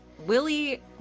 Willie